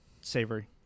Savory